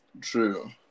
True